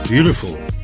Beautiful